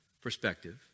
perspective